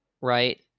right